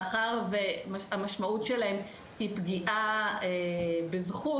מאחר שהמשמעות שלהן היא פגיעה בזכות,